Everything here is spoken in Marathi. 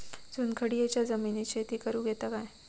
चुनखडीयेच्या जमिनीत शेती करुक येता काय?